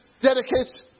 dedicates